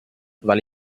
weil